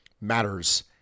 matters